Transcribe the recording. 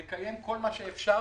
לקיים כל מה שאפשר,